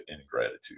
ingratitude